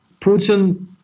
Putin